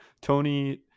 Tony